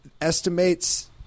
estimates